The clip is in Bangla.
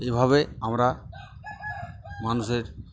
এইভাবে আমরা মানুষের